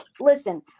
listen